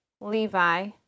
Levi